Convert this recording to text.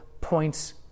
points